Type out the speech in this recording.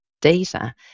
data